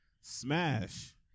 Smash